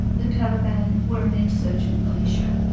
the taliban were an insurgent militia,